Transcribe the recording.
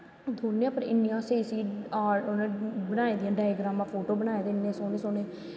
ओह्दै पर इन्नियां स्हेई स्हेई उनैं बनाई दियां डाईग्रमां फोटो बनाए दे इन्ने सोह्नें सोह्नें